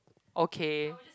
okay